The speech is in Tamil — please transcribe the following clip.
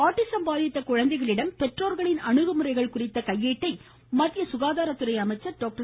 ஆட்டிசம் பாதித்த குழந்தைகளிடம் பெற்றோர்களின் அணுகுமுறைகள் குறித்த கையேட்டை மத்திய சுகாதாரத்துறை அமைச்சர் டாக்டர்